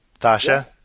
Tasha